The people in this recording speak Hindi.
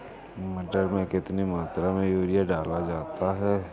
मटर में कितनी मात्रा में यूरिया डाला जाता है?